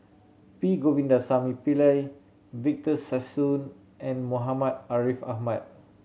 P Govindasamy Pillai Victor Sassoon and Muhammad Ariff Ahmad